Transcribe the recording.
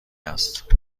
است